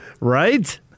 Right